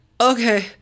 okay